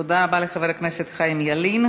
תודה רבה לחבר הכנסת חיים ילין.